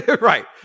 right